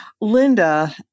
Linda